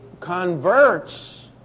Converts